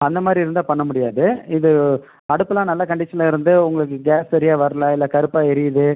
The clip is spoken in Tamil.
அந்தமாதிரி இருந்தால் பண்ண முடியாது இது அடுப்புலாம் நல்ல கண்டீஷன்ல இருந்து உங்களுக்கு கேஸ் சரியா வரல இல்லை கருப்பாக எரியுது